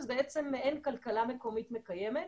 זו בעצם מעין כלכלה מקומית מקיימת.